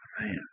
Man